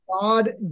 God